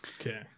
Okay